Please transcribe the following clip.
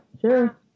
sure